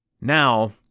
Now